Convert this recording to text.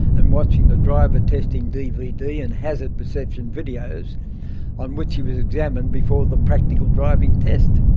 and watching the driving test and dvd and hazard perception videos on which he was examined before the practical driving test.